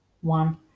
one